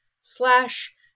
slash